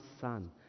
son